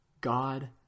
God